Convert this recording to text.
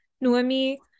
Noemi